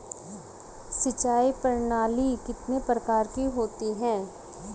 सिंचाई प्रणाली कितने प्रकार की होती हैं?